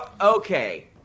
Okay